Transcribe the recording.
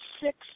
six